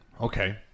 Okay